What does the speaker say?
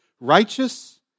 Righteous